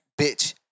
bitch